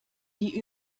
die